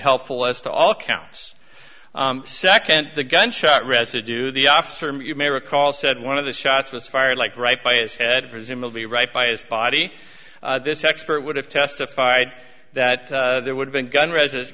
helpful as to all counts second the gunshot residue the officer you may recall said one of the shots was fired like right by his head presumably right by his body this expert would have testified that there would have been gun resid